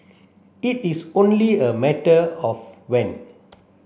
it is only a matter of when